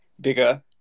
bigger